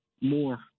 more